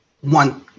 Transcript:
One